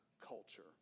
culture